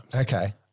Okay